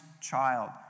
child